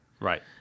Right